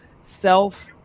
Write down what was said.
self